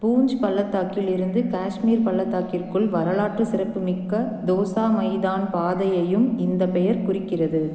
பூஜ் பள்ளத்தாக்கில் இருந்து காஷ்மீர் பள்ளத்தாக்கிற்குள் வரலாற்று சிறப்புமிக்க தோசா மைதான் பாதையையும் இந்த பெயர் குறிக்கிறது